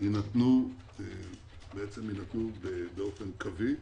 ייתנו באופן קווי.